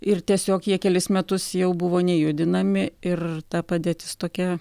ir tiesiog jie kelis metus jau buvo nejudinami ir ta padėtis tokia